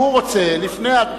אדוני היושב-ראש,